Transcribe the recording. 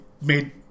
made